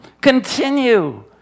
continue